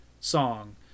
song